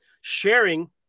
sharing